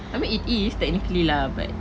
I mean it is technically lah but